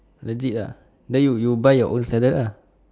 legit ah then you you buy your own salad lah